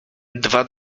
dwa